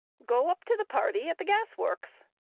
go up to the party at the gas-works.